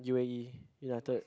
U_A_E United